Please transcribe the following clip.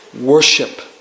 worship